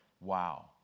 Wow